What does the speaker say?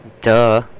Duh